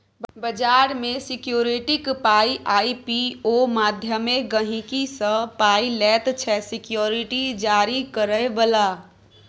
बजार मे सिक्युरिटीक पाइ आइ.पी.ओ माध्यमे गहिंकी सँ पाइ लैत छै सिक्युरिटी जारी करय बला